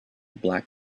black